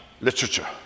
literature